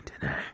today